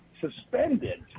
suspended